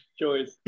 choice